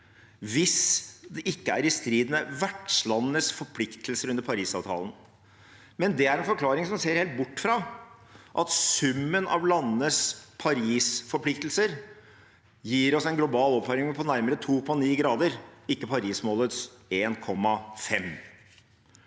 hvis det ikke er i strid med vertslandenes forpliktelser under Parisavtalen. Men det er en forklaring som ser helt bort fra at summen av landenes Paris-forpliktelser gir oss en global oppvarming på nærmere 2,9 grader, ikke Paris-målets 1,5